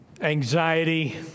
anxiety